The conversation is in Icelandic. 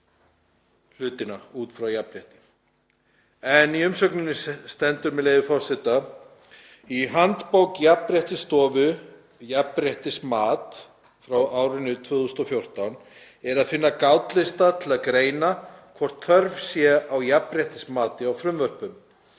Í umsögninni stendur, með leyfi forseta: „Í handbók Jafnréttisstofu, Jafnréttismat, frá árinu 2014 er að finna gátlista til að greina hvort þörf sé á jafnréttismati á frumvörpum.